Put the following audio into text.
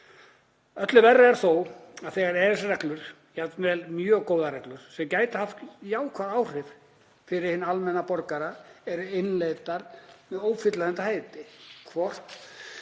Öllu verra er þó þegar EES-reglur, jafnvel mjög góðar reglur sem gætu haft jákvæð áhrif fyrir hinn almenna borgara, eru innleiddar með ófullnægjandi hætti,